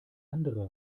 andere